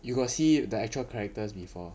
you got see the actual characters before